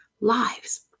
lives